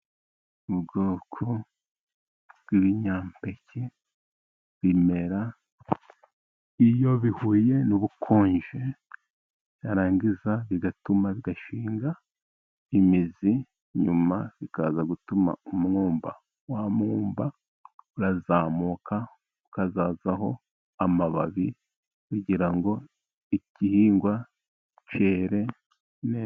Ubwoko bw'ibinyampeke, bimera iyo bihuye n'ubukonje, byarangiza bigatuma bigashinga imizi, nyuma bikaza gutuma umwumba, wa mwumba urazamuka, ukazazaho amababi kugira ngo igihingwa cyere neza.